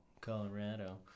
Colorado